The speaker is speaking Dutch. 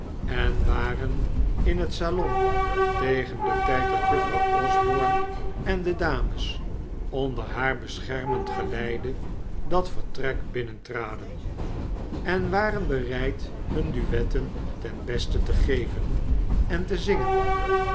en waren in het salon tegen den tijd dat juffrouw osborne en de dames onder haar beschermend geleide dat vertrek betraden en waren bereid hun duetten ten beste te geven en te zingen